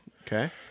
Okay